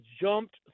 jumped